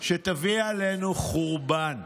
שתביא עלינו חורבן.